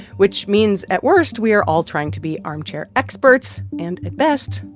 which means, at worst, we are all trying to be armchair experts, and, at best,